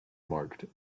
marked